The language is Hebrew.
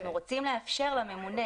אנחנו רוצים לאפשר לממונה,